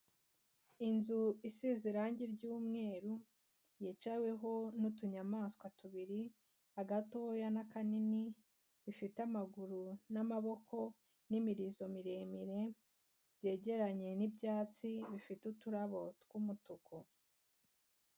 Inzu isize irangi ry'umweru yicaweho n'utunyamaswa tubiri, agatoya n'akanini, bifite amaguru n'amaboko n'imirizo miremire byegeranye n'ibyatsi bifite uturabo tw'umutuku.